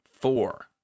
Four